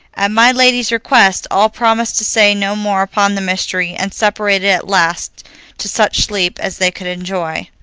at my lady's request, all promised to say no more upon the mystery, and separated at last to such sleep as they could enjoy.